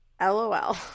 LOL